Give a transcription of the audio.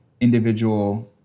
individual